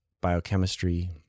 biochemistry